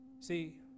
See